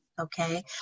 Okay